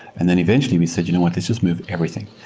and then eventually we said, you know what? this has moved everything.